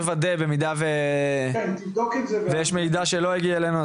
במידה ויש מידע שלא הגיע אלינו,